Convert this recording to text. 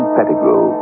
Pettigrew